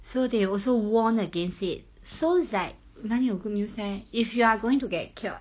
so they also warn against it so is like 哪里有 good news leh if you are going to get cured